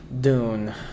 Dune